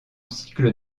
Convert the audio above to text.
cycle